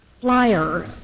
flyer